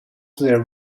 their